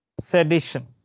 Sedition